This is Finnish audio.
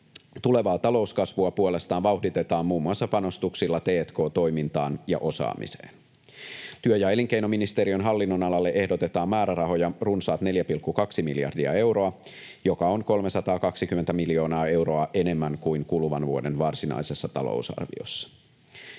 Tulevaa talouskasvua puolestaan vauhditetaan muun muassa panostuksilla t&k-toimintaan ja osaamiseen. Työ- ja elinkeinoministeriön hallinnonalalle ehdotetaan määrärahoja runsaat 4,2 miljardia euroa, joka on 320 miljoonaa euroa enemmän kuin kuluvan vuoden varsinaisessa talousarviossa.